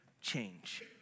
change